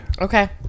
Okay